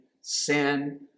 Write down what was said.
sin